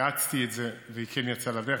האצתי את זה והיא כן יצאה לדרך.